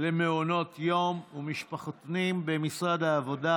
למעונות יום ומשפחתונים במשרד העבודה,